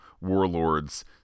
warlords